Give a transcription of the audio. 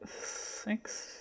six